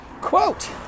Quote